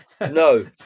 No